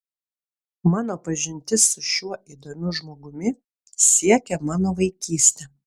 mano pažintis su šiuo įdomiu žmogumi siekia mano vaikystę